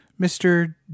Mr